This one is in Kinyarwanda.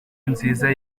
nziza